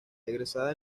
egresada